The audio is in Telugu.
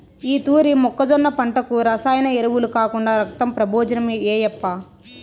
ఈ తూరి మొక్కజొన్న పంటకు రసాయన ఎరువులు కాకుండా రక్తం ప్రబోజనం ఏయప్పా